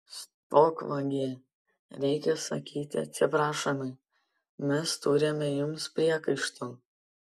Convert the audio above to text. stok vagie reikia sakyti atsiprašome mes turime jums priekaištų